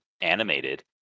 animated